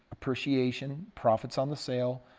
appreciation, profits on the sale,